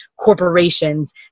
corporations